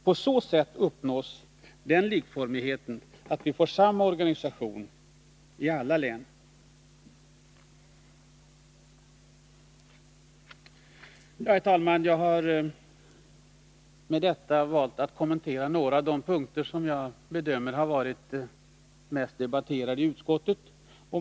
På så sätt uppnås likformighet, och vi får samma organisation i alla län. Herr talman! Jag har därmed kommenterat några av de punkter som har varit mest debatterade i utskottet.